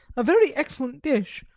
a very excellent dish,